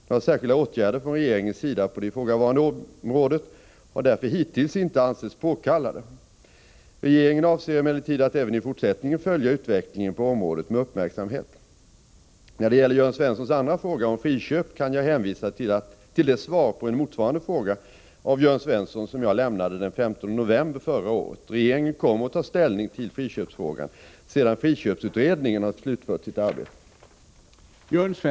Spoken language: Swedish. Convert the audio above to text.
Några särskilda åtgärder från regeringens sida på det ifrågavarande området har därför hittills inte ansetts påkallade. Regeringen avser emellertid att även i fortsättningen följa utvecklingen på området med uppmärksamhet. När det gäller Jörn Svenssons andra fråga om friköp kan jag hänvisa till det svar på en motsvarande fråga av Jörn Svensson som jag lämnade den 15 november förra året. Regeringen kommer att ta ställning till friköpsfrågan sedan friköpsutredningen har slutfört sitt arbete.